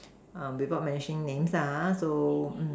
uh without mentioning names ah ha so mm